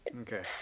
Okay